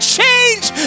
change